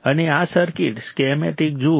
અને આ circuit schematic જુઓ